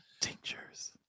Tinctures